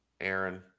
Aaron